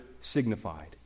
signified